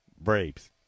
Braves